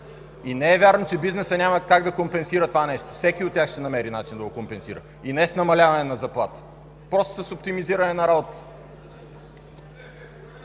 И не е вярно, че бизнесът няма как да компенсира това нещо. Всеки от тях ще намери начин да го компенсира. И не с намаляване на заплати – с оптимизиране на работа.